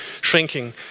shrinking